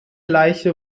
leiche